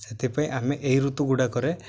ସେଥିପାଇଁ ଆମେ ଏହି ଋତୁଗୁଡ଼ାକରେ